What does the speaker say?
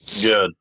Good